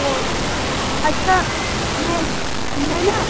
को अच्छा मैं मैं ना